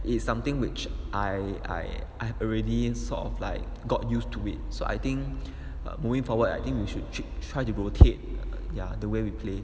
it is something which I I I already in sort of like got used to it so I think eh moving forward I think you should try to rotate ya the way we play